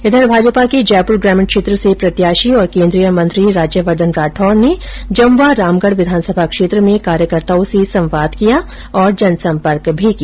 उधर भाजपा के जयपुर ग्रामीण क्षेत्र से प्रत्याशी और केन्द्रीय मंत्री राज्यवर्द्वन राठौड ने जमवारामगढ़ विधानसभा क्षेत्र में कार्यकर्ताओं से संवाद किया और जनसंपर्क भी किया